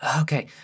okay